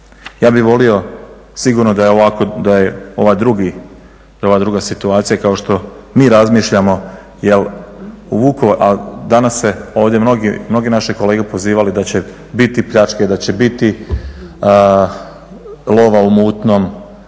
Ja bih volio sigurno da je ova druga situacija kao što mi razmišljamo, a danas su ovdje mnogi naši kolege pozivali da će biti pljačke i da će biti lova u mutnom,